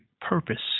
purpose